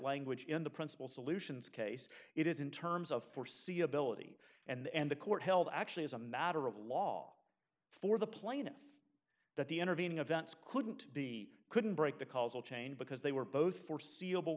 language in the principal solutions case it is in terms of foreseeability and the court held actually as a matter of law for the plaintiff that the intervening event is couldn't be couldn't break the causal chain because they were both foreseeable